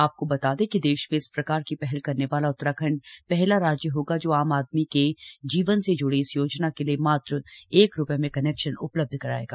आपको बता दें कि देश में इस प्रकार की पहल करने वाला उत्तराखण्ड पहला राज्य होगा जो आम आदमी के जीवन से जुड़ी इस योजना के लिये मात्र एक रूपये में कनेक्शन उपलब्ध करायेगा